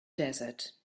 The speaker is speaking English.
desert